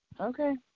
Okay